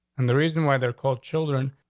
and the reason why they're called children,